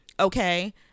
Okay